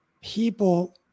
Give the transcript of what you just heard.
people